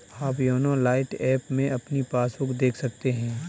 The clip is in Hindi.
आप योनो लाइट ऐप में अपनी पासबुक देख सकते हैं